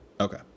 Okay